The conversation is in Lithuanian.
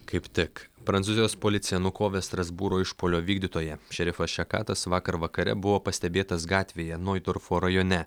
kaip tik prancūzijos policija nukovė strasbūro išpuolio vykdytoją šerifas šekatas vakar vakare buvo pastebėtas gatvėje noidorfo rajone